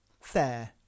fair